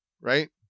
right